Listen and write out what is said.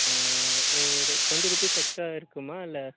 ஒரு twenty rupees extra இருக்குதுமா இல்லை